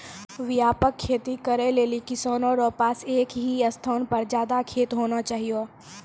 व्यापक खेती करै लेली किसानो रो पास एक ही स्थान पर ज्यादा खेत होना चाहियो